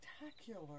spectacular